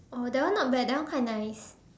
oh that one not bad that one quite nice